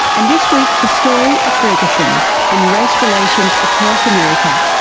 and this week the story of ferguson and race relations across america.